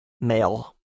Male